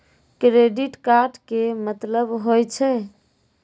Credit card के मतलब होय छै?